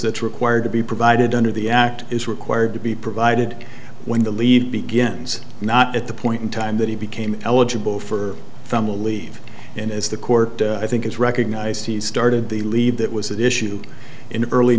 that's required to be provided under the act is required to be provided when the lead begins not at the point in time that he became eligible for from the leave in as the court i think it's recognized he started the leave that was at issue in early